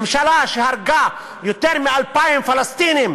ממשלה שהרגה יותר מ-2,000 פלסטינים